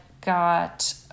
got